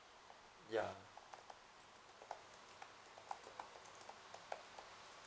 ya